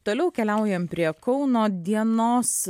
toliau keliaujam prie kauno dienos